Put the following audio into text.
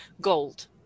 gold